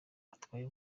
atwaye